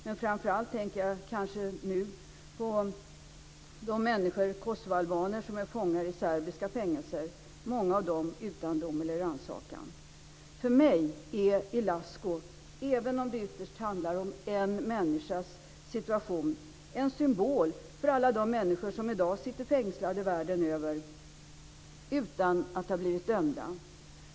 Men framför allt tänker jag kanske nu på de människor, kosovoalbaner, som är fångar i serbiska fängelser, många av dem utan dom eller rannsakan. För mig är Ilascu, även om det ytterst handlar om en människas situation, en symbol för alla de människor som i dag sitter fängslade världen över utan att ha blivit dömda.